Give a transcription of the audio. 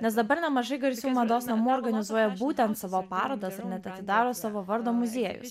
nes dabar nemažai garsių mados namų organizuoja būtent savo parodas ar ne tai daro savo vardo muziejus